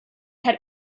had